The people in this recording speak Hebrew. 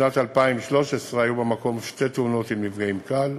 בשנת 2013 היו במקום שתי תאונות עם נפגעים קל,